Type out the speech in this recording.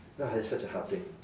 ah it's such a hard thing